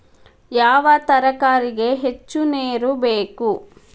ಯಾವ ತರಕಾರಿಗೆ ಹೆಚ್ಚು ನೇರು ಬೇಕು?